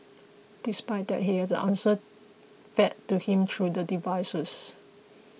despite that he had the answers fed to him through the devices